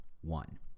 one